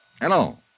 Hello